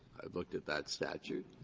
i've looked at that statute.